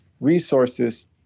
resources